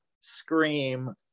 scream